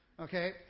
Okay